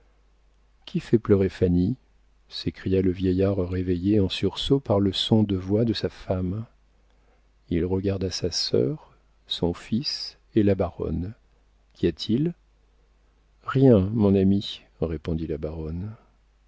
qui fait pleurer fanny s'écria le vieillard réveillé en sursaut par le son de voix de sa femme il regarda sa sœur son fils et la baronne qu'y a-t-il rien mon ami répondit la baronne